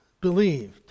believed